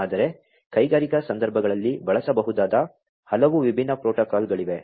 ಆದರೆ ಕೈಗಾರಿಕಾ ಸಂದರ್ಭಗಳಲ್ಲಿ ಬಳಸಬಹುದಾದ ಹಲವು ವಿಭಿನ್ನ ಪ್ರೋಟೋಕಾಲ್ಗಳಿವೆ